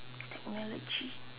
technology